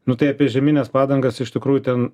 nu tai apie žiemines padangas iš tikrųjų ten